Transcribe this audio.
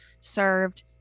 served